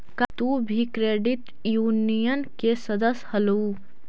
का तुम भी क्रेडिट यूनियन के सदस्य हलहुं?